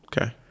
Okay